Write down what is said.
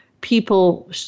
people